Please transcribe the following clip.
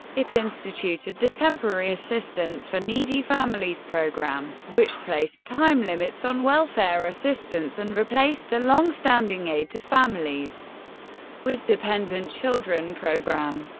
it instituted the temporary assistance for needy families program, which placed time limits on welfare assistance and replaced the longstanding aid to families with dependent children program.